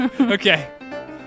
Okay